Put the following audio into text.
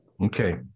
Okay